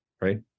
right